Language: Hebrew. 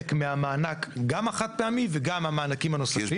מהמענק גם החד פעמי וגם המענקים הנוספים.